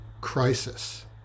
crisis